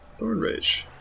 Thornrage